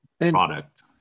product